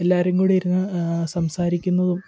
എല്ലാവരും കൂടെ ഇരുന്ന് സംസാരിക്കുന്നതും